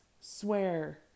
swear